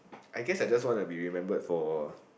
I guess I just wanna be remembered for